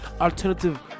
alternative